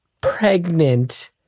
pregnant